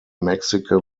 mexican